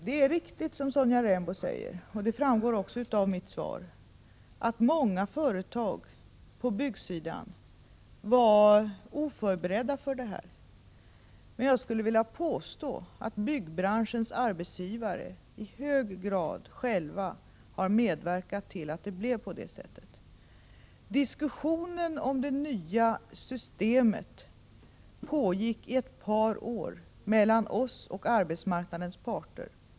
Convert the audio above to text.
Det är riktigt, som Sonja Rembo säger och som också framgår av mitt svar, att många företag på byggsidan var oförberedda för det nya systemet. Men jag vill påstå att byggnadsbranschens arbetsgivare i hög grad själva har medverkat till att det blev på det sättet. Diskussionen om det nya systemet pågick i ett par år mellan oss och arbetsmarknadens parter.